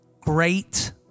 great